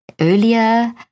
Earlier